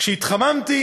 כשהתחממתי